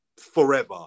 forever